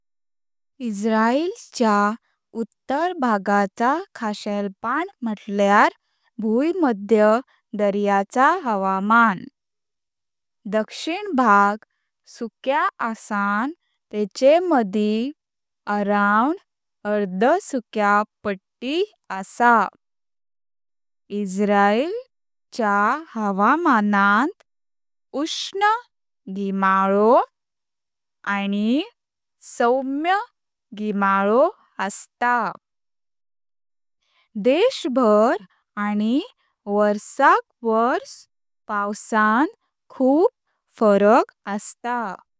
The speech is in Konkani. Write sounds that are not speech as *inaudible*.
इस्रायल च्या उत्तर भागाचा खासपण म्हटलं तर भूमध्य दर्याचा हवामान। दक्षिण भाग सुक्या आसन तेचेमदी सुमारे *unintelligible* अर्धसुक्या पट्टी आसा। इस्रायल च्या हवामानांत उष्ण गोंय्ठाळो आणी सौम्य गोंय्ठाळो आसता। देशभर आणी वर्साक वर्स पावसां खुब फरक आसता।